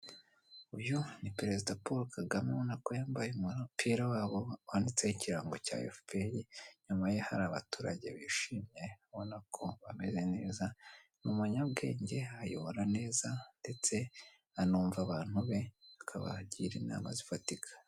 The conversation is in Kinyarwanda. Nibyo, ni perezida Paul KAGAME urabona ko yambaye umupira wabo wanditse ikirango cya FPR inyuma ye hari abaturage bishimye urabona ko bameze neza. Ni umunyabwenge ayobora neza ndetse anumva abantu be akabaha inama zifatika.